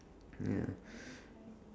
ya